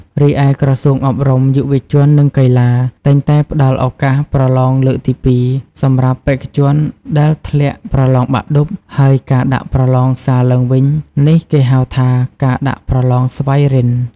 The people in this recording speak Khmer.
រីឯ ក្រសួងអប់រំ យុវជន និងកីឡា តែងតែផ្តល់ ឱកាសប្រឡងលើកទី២ សម្រាប់បេក្ខជនដែលធ្លាក់ប្រលងបាក់ឌុប ហើយការដាក់ប្រលងសារឡើងវិញនោះគេហៅថា ការដាក់ប្រលងស្វ័យរិន្ទ។